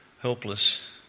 helpless